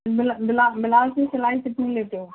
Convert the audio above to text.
मिला मिला मिलान की सिलाई कितनी लेते हो